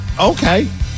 Okay